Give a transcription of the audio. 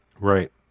Right